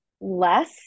less